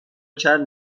چند